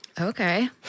Okay